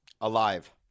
Alive